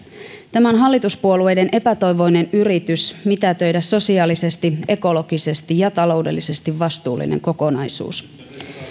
tämä on hallituspuolueiden epätoivoinen yritys mitätöidä sosiaalisesti ekologisesti ja taloudellisesti vastuullinen kokonaisuus